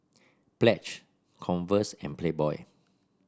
Pledge Converse and Playboy